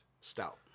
stout